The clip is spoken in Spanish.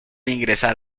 ingresar